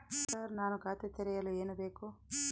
Sir ನಾನು ಖಾತೆ ತೆರೆಯಲು ಏನು ಬೇಕು?